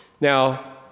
Now